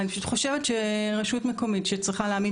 אני חושבת שרשות מקומית שצריכה להעמיד